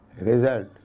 result